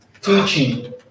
teaching